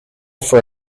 for